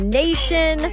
nation